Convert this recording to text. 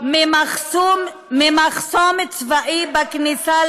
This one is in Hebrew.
והפיגוע בהר הבית, ממחסום צבאי בכניסה,